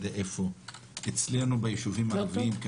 אצלנו בישובים הערביים,